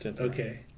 Okay